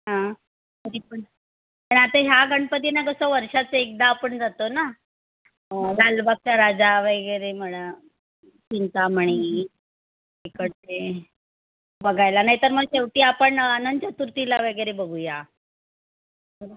हां तरीपण पण आता ह्या गणपतींना कसं वर्षाचं एकदा आपण जातो ना लालबागचा राजा वगैरे म्हणा चिंतामणी इकडचे बघायला नाहीतर मग शेवटी आपण अनंतचतुर्थीला वगैरे बघूया